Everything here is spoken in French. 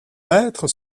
maître